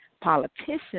politicians